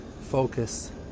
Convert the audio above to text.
focus